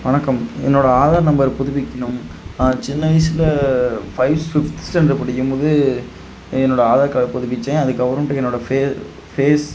வணக்கம் என்னோடய ஆதார் நம்பர் புதுப்பிக்கணும் சின்ன வயசில் பைவ் ஃபிஃப்த்து ஸ்டாண்டர்ட் படிக்கும்போது என்னோடய ஆதார் கார்டு புதுப்பிசத்தேன் அதுக்கப்புறமேட்டு என்னோடய ஃபே ஃபேஸ்